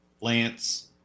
Lance